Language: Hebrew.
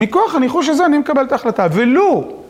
מכוח הניחוש הזה אני מקבל את ההחלטה, ולו